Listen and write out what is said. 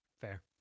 Fair